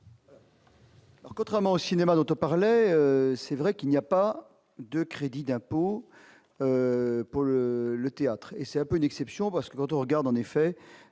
Contrairement au cinéma, d'autres parlait, c'est vrai qu'il n'y a pas de crédits d'impôt pour le théâtre et c'est un peu une exception parce que quand on regarde en effet